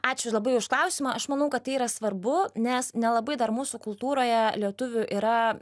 ačiū labai už klausimą aš manau kad tai yra svarbu nes nelabai dar mūsų kultūroje lietuvių yra